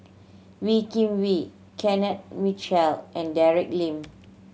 Wee Kim Wee Kenneth Mitchell and Dick Lee